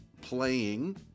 playing